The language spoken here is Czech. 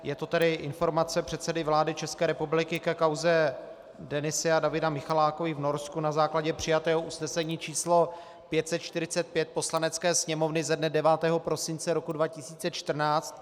Je to tedy informace předsedy vlády České republiky ke kauze Denise a Davida Michalákových v Norsku na základě přijatého usnesení č. 545 Poslanecké sněmovny ze dne 9. prosince 2014.